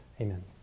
Amen